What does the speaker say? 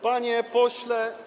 Panie Pośle!